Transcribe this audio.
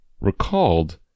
recalled